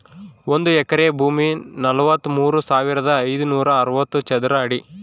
ಒಂದು ಎಕರೆ ಭೂಮಿ ನಲವತ್ಮೂರು ಸಾವಿರದ ಐನೂರ ಅರವತ್ತು ಚದರ ಅಡಿ